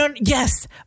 Yes